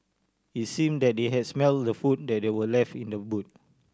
it's seemed that they had smelt the food that they were left in the boot